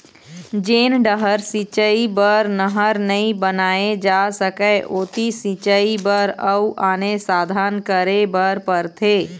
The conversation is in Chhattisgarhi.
जेन डहर सिंचई बर नहर नइ बनाए जा सकय ओती सिंचई बर अउ आने साधन करे बर परथे